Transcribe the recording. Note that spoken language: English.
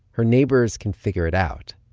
her neighbors can figure it out.